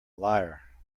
liar